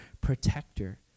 protector